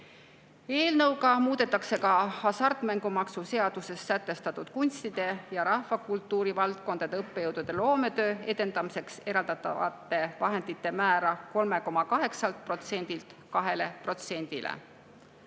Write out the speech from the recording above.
muudetakse ka hasartmängumaksu seaduses sätestatud kunstide ja rahvakultuuri valdkondade õppejõudude loometöö edendamiseks eraldatavate vahendite määra 3,8%‑lt